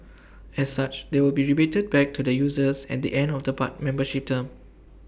as such they will be rebated back to the users at the end of the part membership term